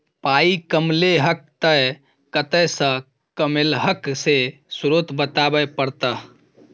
पाइ कमेलहक तए कतय सँ कमेलहक से स्रोत बताबै परतह